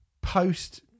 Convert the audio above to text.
post